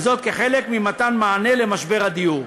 וזאת כחלק ממתן מענה למשבר הדיור.